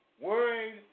worried